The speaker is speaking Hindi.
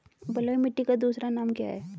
बलुई मिट्टी का दूसरा नाम क्या है?